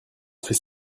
fait